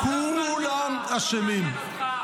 --- במעצר.